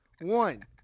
One